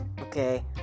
Okay